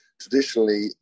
traditionally